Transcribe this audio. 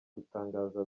gutangaza